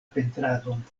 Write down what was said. pentradon